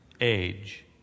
age